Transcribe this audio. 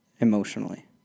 emotionally